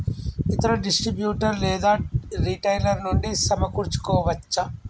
ఇతర డిస్ట్రిబ్యూటర్ లేదా రిటైలర్ నుండి సమకూర్చుకోవచ్చా?